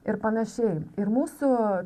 ir panašiai ir mūsų